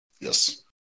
Yes